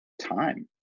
time